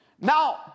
Now